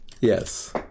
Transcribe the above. Yes